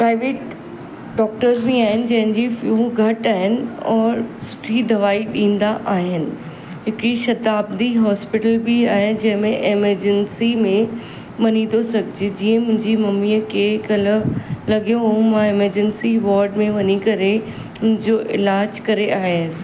private doctors बि आहिनि जंहिंजी फ़ीहूं घटि आहिनि और सुठी दवाई ॾींदा आहिनि हिकिड़ी शताब्दी हॉस्पिटल बि आहे जंहिंमें एमरजंसी में वञी थो सघिजे जीअं मुंहिंजी मम्मीअ खे कल्ह लॻियो हुयो मां एमरजेंसी वॉड में वञी करे हुनजो इलाज करे आयसि